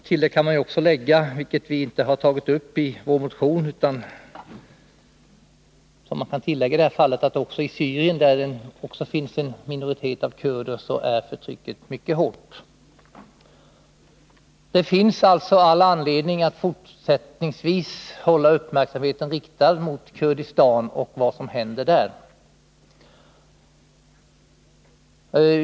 Till detta kan läggas — vilket vi inte har tagit upp i vår motion — att förtrycket i Syrien, där det också finns en minoritet av kurder, är mycket hårt. Det finns alltså all anledning att fortsättningsvis hålla uppmärksamheten riktad mot Kurdistan och vad som händer där.